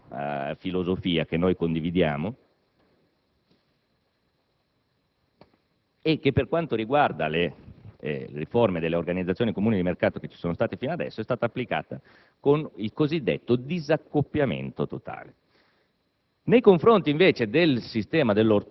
Questa è una buona filosofia che condividiamo e che, per quanto riguarda le forme delle organizzazioni comuni di mercato che ci sono state fino ad ora, è stata applicata con il cosiddetto disaccoppiamento totale.